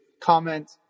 comment